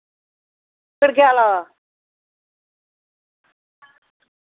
कड़गयाला दा